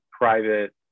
private